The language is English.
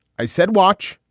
i said watch.